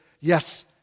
Yes